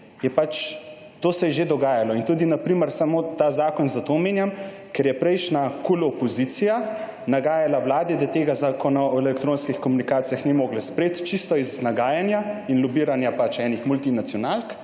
to se je že dogajalo in tudi ta zakon zato omenjam, ker je prejšnja KUL opozicija nagajala vladi, da tega zakona o elektronskih komunikacijah ni mogla sprejeti čisto iz nagajanja in lobiranja enih multinacionalk